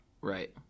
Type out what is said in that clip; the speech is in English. Right